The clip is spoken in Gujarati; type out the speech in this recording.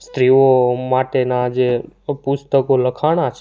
સ્ત્રીઓ માટેનાં જે પુસ્તકો લખાણાં છે